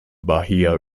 bahia